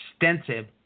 extensive